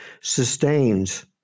sustains